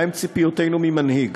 מהן צפיותינו ממנהיג?